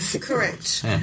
correct